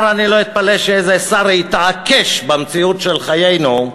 לא אתפלא, במציאות של חיינו,